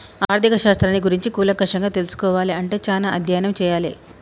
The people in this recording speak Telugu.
ఆర్ధిక శాస్త్రాన్ని గురించి కూలంకషంగా తెల్సుకోవాలే అంటే చానా అధ్యయనం చెయ్యాలే